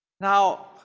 Now